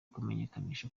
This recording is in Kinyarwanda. kumenyekanisha